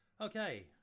okay